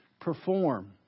perform